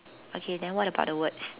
okay then what about the words